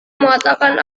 mengatakan